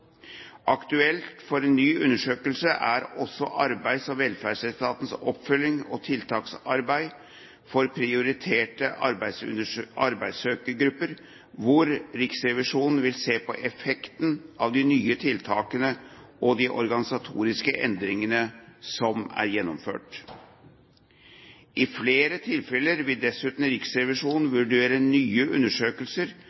Aktuelt for en ny undersøkelse er også Arbeids- og velferdsetatens oppfølgings- og tiltaksarbeid for prioriterte arbeidssøkergrupper hvor Riksrevisjonen vil se på effekten av de nye tiltakene og de organisatoriske endringene som er gjennomført. I flere tilfeller vil dessuten Riksrevisjonen